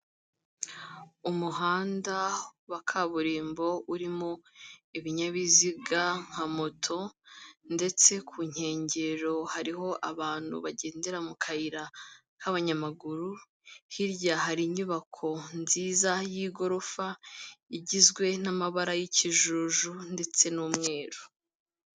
Umuhanda wa kaburimbo urimo ibinyabiziga nka moto ndetse ku nkengero hariho abantu bagendera mu kayira k'abanyamaguru, hirya hari inyubako nziza y'igorofa igizwe n'amabara y'ikijuju ndetse n'umweru.